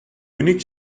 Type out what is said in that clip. unique